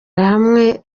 bamwe